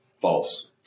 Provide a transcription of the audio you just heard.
false